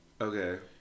Okay